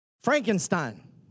Frankenstein